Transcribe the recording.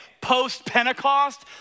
post-Pentecost